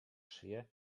szyję